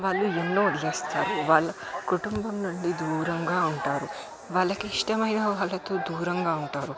వాళ్ళు ఎన్నో వదిలేస్తారు వాళ్ళ కుటుంబం నుండి దూరంగా ఉంటారు వాళ్ళకి ఇష్టమైన వాళ్ళతో దూరంగా ఉంటారు